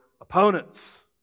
Opponents